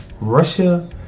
Russia